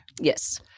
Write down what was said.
Yes